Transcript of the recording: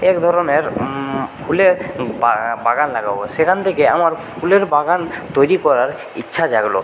এক ধরনের ফুলের বাগান লাগাব সেখান থেকে আমার ফুলের বাগান তৈরি করার ইচ্ছা জাগল